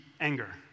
anger